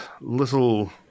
little